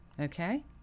okay